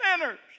sinners